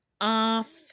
off